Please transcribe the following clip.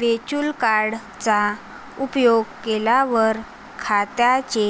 virtual card चा उपयोग केल्यावर, खात्याचे